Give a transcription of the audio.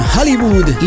Hollywood